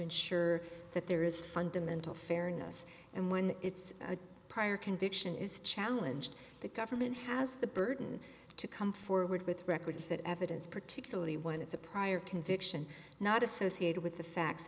ensure that there is fundamental fairness and when it's a prior conviction is challenged the government has the burden to come forward with records that evidence particularly when it's a prior conviction not associated with the facts